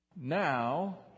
Now